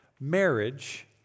marriage